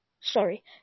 Sorry